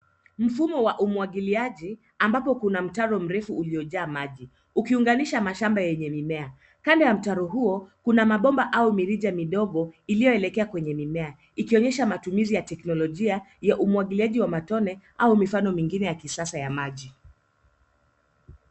Mfumo wa umwagiliaji ambapo kuna mtaro mrefu uliojaa maji ukiunganisha mashamba yenye mimea. Kando ya mtaro huo kuna mabomba au mirija midogo iliyoelekea kwenye mimea ikionyesha matumizi ya teknolojia ya umwagiliaji wa matone au mifano mengine ya kisasa ya maji.